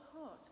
heart